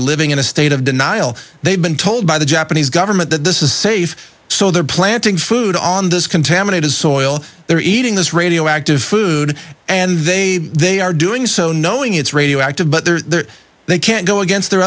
are living in a state of denial they've been told by the japanese government that this is safe so they're planting food on this contaminated soil they're eating this radioactive food and they they are doing so knowing it's radioactive but there's they can't go against their